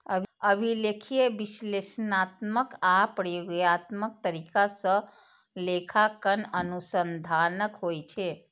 अभिलेखीय, विश्लेषणात्मक आ प्रयोगात्मक तरीका सं लेखांकन अनुसंधानक होइ छै